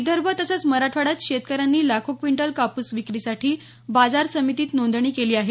विदर्भ तसंच मराठवाड्यात शेतकऱ्यांनी लाखो क्विंटल काप्रस विक्रीसाठी बाजार समितीत नोंदणी केली आहे